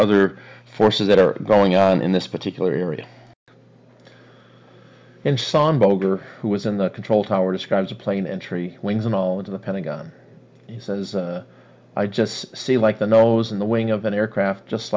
other forces that are going on in this particular area and sean boger who was in the control tower describes a plane and tree wings and all into the pentagon he says i just see like the nose in the wing of an aircraft just